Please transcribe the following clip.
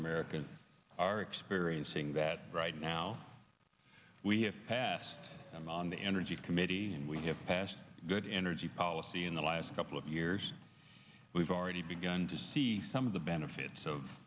americans are experiencing that right now we have passed them on the energy committee and we have passed good energy policy in the last couple of years we've already begun to see some of the benefits of